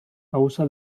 causa